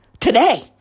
today